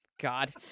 god